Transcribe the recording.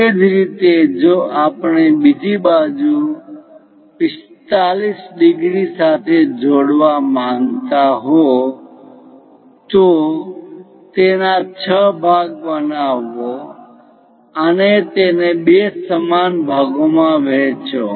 એ જ રીતે જો આપણે બીજી બાજુ 45° સાથે જોડાવા માંગતા હો તો તેના 6 ભાગ બનાવો અને તેને બે સમાન ભાગોમાં વહેંચો